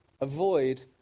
avoid